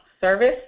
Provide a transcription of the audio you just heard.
service